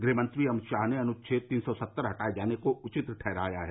गृहमंत्री अमित शाह ने अनुच्छेद तीन सौ सत्तर हटाये जाने को उचित ठहराया है